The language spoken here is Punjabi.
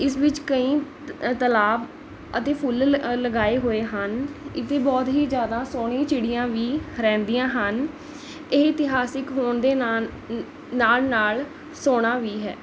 ਇਸ ਵਿੱਚ ਕਈ ਤ ਤਲਾਬ ਅਤੇ ਫੁੱਲ ਲ ਲਗਾਏ ਹੋਏ ਹਨ ਇੱਥੇ ਬਹੁਤ ਹੀ ਜ਼ਿਆਦਾ ਸੋਹਣੀ ਚਿੜੀਆਂ ਵੀ ਰਹਿੰਦੀਆਂ ਹਨ ਇਹ ਇਤਿਹਾਸਕ ਹੋਣ ਦੇ ਨਾਨ ਨਾਲ਼ ਨਾਲ਼ ਸੋਹਣਾ ਵੀ ਹੈ